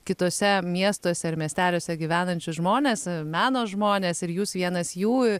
kituose miestuose ar miesteliuose gyvenančius žmones meno žmones ir jūs vienas jų